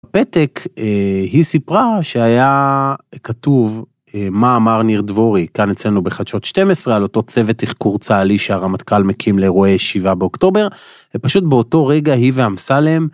בפתק היא סיפרה שהיה כתוב מה אמר ניר דבורי, כאן אצלנו בחדשות 12 על אותו צוות תחקור צהל"י שהרמטכ״ל מקים לארועי 7 באוקטובר. ופשוט באותו רגע היא ואמסלם.